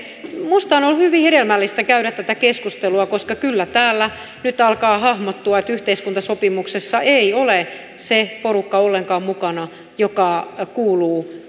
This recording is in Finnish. minusta on ollut hyvin hedelmällistä käydä tätä keskustelua koska kyllä täällä nyt alkaa hahmottua että yhteiskuntasopimuksessa ei ole se porukka ollenkaan mukana joka kuuluu